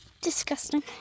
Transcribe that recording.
disgusting